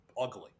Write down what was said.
ugly